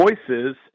voices